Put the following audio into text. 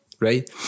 right